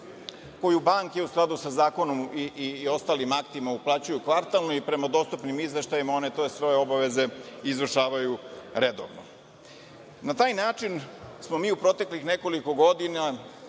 koju banke, u skladu sa zakonom i ostalim aktima, uplaćuju kvartalno i prema dostupnim izveštajima one te svoje obaveze izvršavaju redovno. Na taj način smo mi u proteklih nekoliko godina